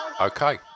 Okay